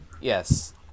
Yes